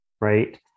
right